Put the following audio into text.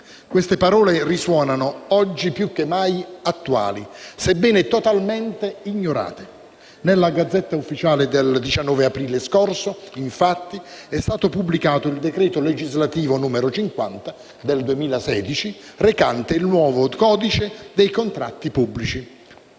Queste parole risuonano oggi più che mai attuali, sebbene totalmente ignorate. Nella *Gazzetta Ufficiale* del 19 aprile scorso, infatti, è stato pubblicato il decreto legislativo n. 50 del 2016, recante il nuovo codice dei contratti pubblici,